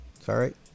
sorry